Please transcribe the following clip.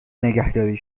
نگهداری